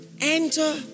enter